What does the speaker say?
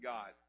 God